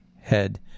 head